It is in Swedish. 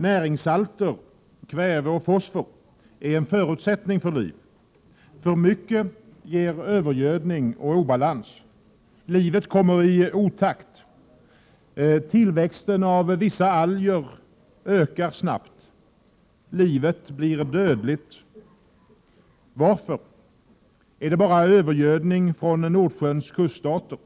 Näringssalter — kväve och fosfor — är en förutsättning för liv. För mycket ger övergödning och obalans. Livet kommer i otakt. Tillväxten av vissa alger ökar snabbt. Livet blir dödligt. Varför? Beror det bara på övergödning från Nordsjöns kuststater?